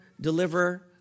deliver